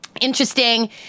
interesting